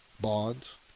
bonds